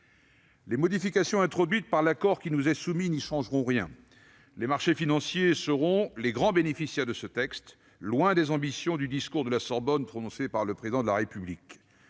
Les modifications introduites par l'accord qui nous est soumis n'y changeront rien : les marchés financiers seront les grands bénéficiaires de ce texte, loin des ambitions du discours de la Sorbonne du Président de la République.